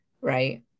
right